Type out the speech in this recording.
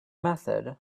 method